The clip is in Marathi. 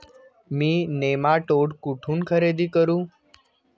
मी नेमाटोड कुठून खरेदी करू?